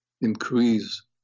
increase